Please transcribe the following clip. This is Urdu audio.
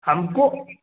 ہم کو